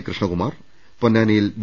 Krishnakumar Ponnani V